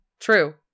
True